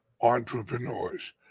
entrepreneurs